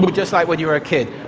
but just like when you were a kid.